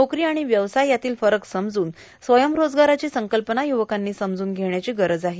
नोकरी आणि व्यवसाय यातील फरक समजून स्वयंरोजगाराची संकल्पना युवकांनी समजून घेण्याची गरज आहे